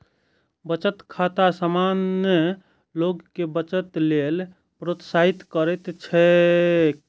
बचत बैंक सामान्य लोग कें बचत लेल प्रोत्साहित करैत छैक